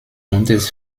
buntes